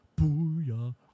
Booyah